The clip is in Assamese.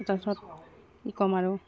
তাৰপিছত কি ক'ম আৰু